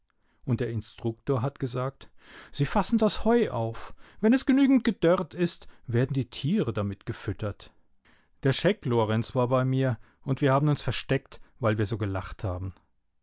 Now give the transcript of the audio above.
und der instruktor hat gesagt sie fassen das heu auf wenn es genügend gedörrt ist werden die tiere damit gefüttert der scheck lorenz war bei mir und wir haben uns versteckt weil wir so gelacht haben